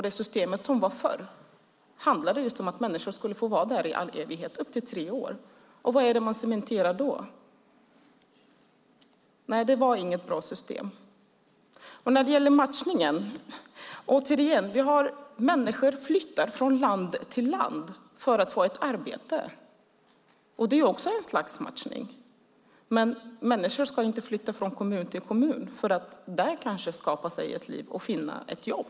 Det system som fanns förr handlade just om att människor skulle få vara där i all evighet - upp till tre år. Och vad är det man cementerar då? Nej, det var inget bra system. När det gäller matchningen säger jag återigen: Människor flyttar från land till land för att få ett arbete. Det är också ett slags matchning. Men människor ska tydligen inte kunna flytta från kommun till kommun för att där kanske skapa sig ett liv och finna ett jobb.